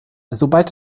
sobald